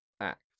act